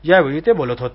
यावेळी ते बोलत होते